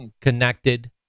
connected